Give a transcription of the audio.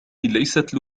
ليست